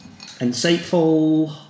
Insightful